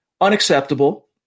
unacceptable